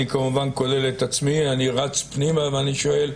אני כמובן כולל את עצמי, אני רץ פנימה ואני שואל: